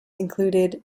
included